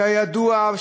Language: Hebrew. שהיה ידוע,